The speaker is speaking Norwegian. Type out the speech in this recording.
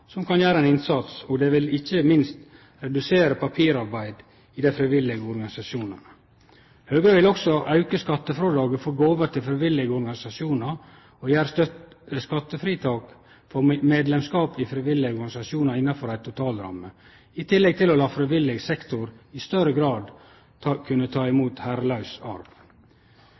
som kan gjere ein innsats, og det vil ikkje minst redusere papirarbeidet i dei frivillige organisasjonane. Høgre vil også auke skattefrådraget for gåver til frivillige organisasjonar og gje skattefritak for medlemskap i frivillige organisasjonar innanfor ei totalramme, i tillegg til å la frivillig sektor i større grad kunne ta imot «herrelaus arv».